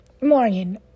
morning